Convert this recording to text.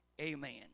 Amen